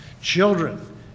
Children